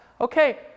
okay